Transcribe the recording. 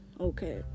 Okay